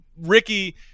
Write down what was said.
Ricky